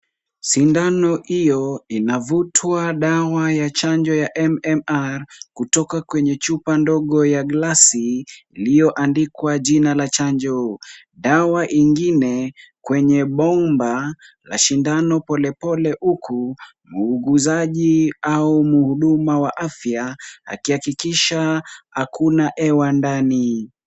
Sindano hiyo inavutwa dawa ya chanjo ya MMR kutoka kwenye chupa ndogo ya glasi iliyoandikwa jina la chanjo. Dawa ingine kwenye bomba na sindano polepole huku muuguzi au mhudumu wa afya akihakikisha hakuna hewa ndani.